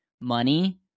money